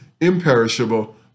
imperishable